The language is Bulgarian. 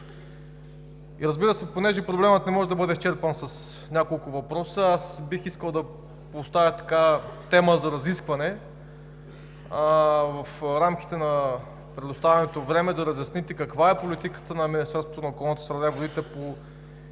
страната. Понеже проблемът не може да бъде изчерпан с няколко въпроса, аз бих искал да поставя тема за разискване и в рамките на предоставеното време да разясните: каква е политиката на Министерството на